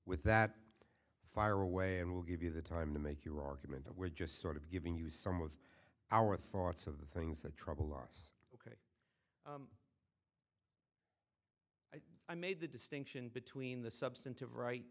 with that fire away and we'll give you the time to make your argument and we're just sort of giving you some of our thoughts of the things that trouble us i made the distinction between the substantive right